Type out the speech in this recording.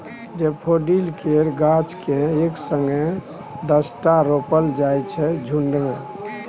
daffodil केर गाछ केँ एक संगे दसटा रोपल जाइ छै झुण्ड मे